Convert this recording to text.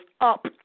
up